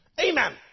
Amen